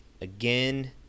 again